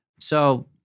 So-